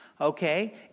Okay